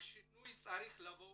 השינוי צריך לבוא